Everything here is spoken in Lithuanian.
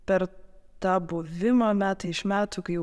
per tą buvimą metai iš metų kai jau